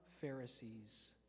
Pharisees